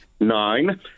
nine